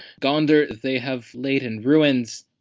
gondar they have laid in ruins.